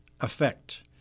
effect